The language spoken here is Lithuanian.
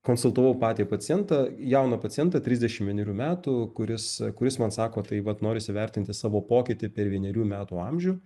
konsultavau patį pacientą jauną pacientą trisdešimt vienerių metų kuris kuris man sako tai vat noris įvertinti savo pokytį per vienerių metų amžių